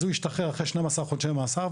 אז הוא השתחרר אחרי 12 חודשי מאסר,